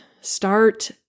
start